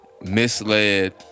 misled